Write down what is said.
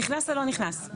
נכנס או לא נכנס?